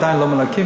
עדיין לא מנכים,